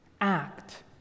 act